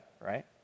right